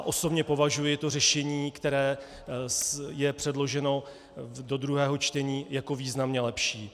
Osobně považuji to řešení, které je předloženo do druhého čtení, jako významně lepší.